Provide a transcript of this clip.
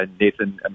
Nathan